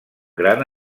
gran